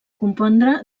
compondre